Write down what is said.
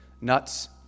nuts